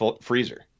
freezer